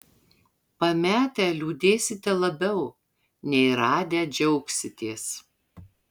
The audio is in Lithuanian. pametę liūdėsite labiau nei radę džiaugsitės